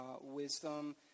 wisdom